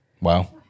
Wow